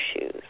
shoes